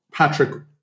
Patrick